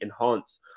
enhance